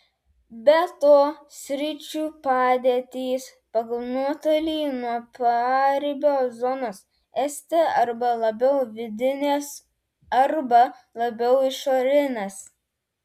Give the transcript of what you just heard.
be to sričių padėtys pagal nuotolį nuo paribio zonos esti arba labiau vidinės arba labiau išorinės